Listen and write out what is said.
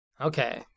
Okay